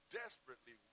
desperately